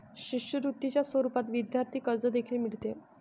शिष्यवृत्तीच्या स्वरूपात विद्यार्थी कर्ज देखील मिळते